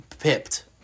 pipped